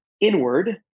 inward